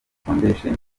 foundation